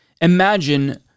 imagine